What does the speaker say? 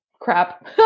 crap